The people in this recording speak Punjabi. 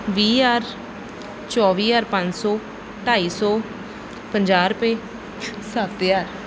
ਵੀਹ ਹਜ਼ਾਰ ਚੌਵੀ ਹਜ਼ਾਰ ਪੰਜ ਸੌ ਢਾਈ ਸੌ ਪੰਜਾਹ ਰੁਪਏ ਸੱਤ ਹਜ਼ਾਰ